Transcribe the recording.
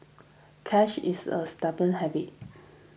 cash is a stubborn habit